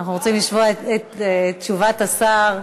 אנחנו רוצים לשמוע את תשובת השר.